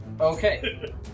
Okay